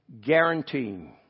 Guaranteeing